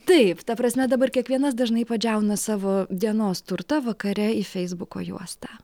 taip ta prasme dabar kiekvienas dažnai padžiauna savo dienos turtą vakare į feisbuko juostą